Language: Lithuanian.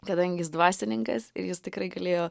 kadangi jis dvasininkas ir jis tikrai galėjo